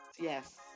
yes